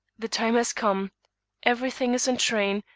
the time has come every thing is in train,